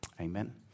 Amen